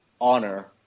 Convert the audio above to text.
honor